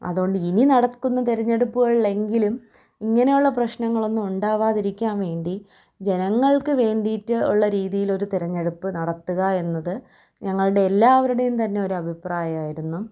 അതുകൊണ്ട് ഇനി നടക്കുന്ന തിരഞ്ഞെടുപ്പുകളിലെങ്കിലും ഇങ്ങനെയുള്ള പ്രശ്നങ്ങളൊന്നും ഉണ്ടാവാതിരിക്കാൻ വേണ്ടി ജനങ്ങൾക്ക് വേണ്ടിയിട്ട് ഉള്ള രീതിയിലൊരു തിരെഞ്ഞെടുപ്പ് നടത്തുക എന്നത് ഞങ്ങളുടെ എല്ലാവരുടെയും തന്നെ ഒരു അഭിപ്രായമായിരുന്നു